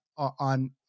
on